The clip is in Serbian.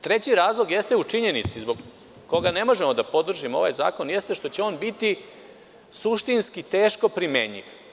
Treći razlog jeste u činjenici zbog koga ne možemo da podržimo ovaj zakon, što će on biti suštinski teško primenjiv.